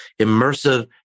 immersive